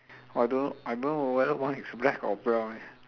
!wah! I don't know I don't know whether one is black or brown eh